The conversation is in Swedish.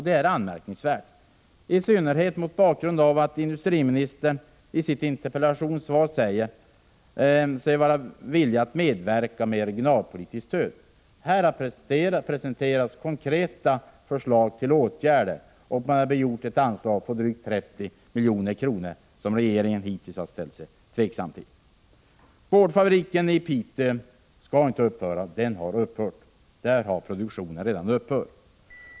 Det är anmärkningsvärt, i synnerhet mot bakgrund av att industriministern i sitt interpellationssvar säger sig vara villig att medverka genom att ge regionalpolitiskt stöd. Här har presenterats konkreta förslag till åtgärder och begärts ett anslag på drygt 30 milj.kr., som regeringen hittills har ställt sig tveksam till. Boardfabriken i Piteå skall inte upphöra — där har produktionen redan upphört.